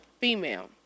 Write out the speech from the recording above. female